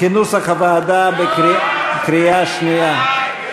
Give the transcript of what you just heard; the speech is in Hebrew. כנוסח הוועדה, בקריאה שנייה.